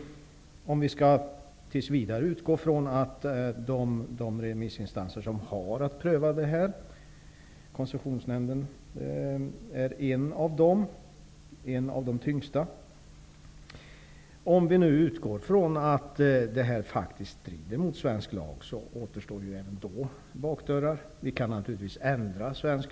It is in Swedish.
Om vi tills vidare utgår från att de remissinstanser som har att pröva detta -- Koncessionsnämnden är en av de tyngsta -- finner att det här faktiskt strider mot svensk lag återstår ändå bakdörrar. Svensk lag kan naturligtvis ändras.